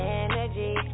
energy